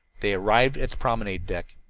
they arrived at the promenade deck.